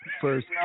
First